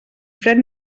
fred